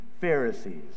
Pharisees